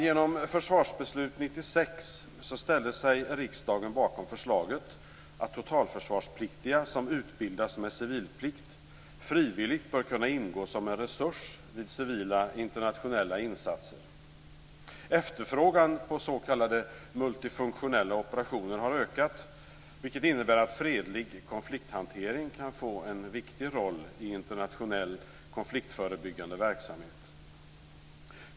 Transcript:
Genom 1996 års totalförsvarsbeslut ställde sig riksdagen bakom förslaget att totalförsvarspliktiga som utbildats med civilplikt frivilligt bör kunna ingå som en resurs vid civila internationella insatser. Efterfrågan på s.k. multifunktionella operationer har ökat, vilket innebär att fredlig konflikthantering kan få en viktig roll i internationell konfliktförebyggande verksamhet.